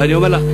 ואני אומר לך,